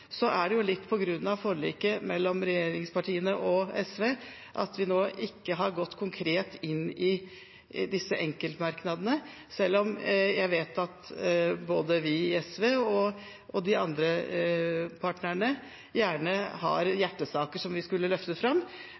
er det litt på grunn av forliket mellom regjeringspartiene og SV at vi nå ikke har gått konkret inn i dem, selv om jeg vet at både vi i SV og de andre partnerne gjerne har hjertesaker som vi skulle løftet fram.